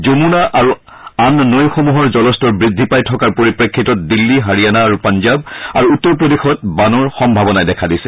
যমুনা আৰু আন নৈসমূহৰ জলস্তৰ বৃদ্ধি পাই থকাৰ পৰিপ্ৰেফিতত দিল্লী হাৰিয়ানা আৰু পাঞ্জাব আৰু উত্তৰ প্ৰদেশত বানৰ সম্ভাৱনাই দেখা দিছে